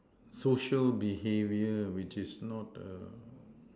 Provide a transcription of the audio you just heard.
social behaviour which is not err